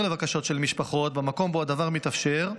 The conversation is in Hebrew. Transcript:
לבקשות של משפחות במקום שבו הדבר מתאפשר,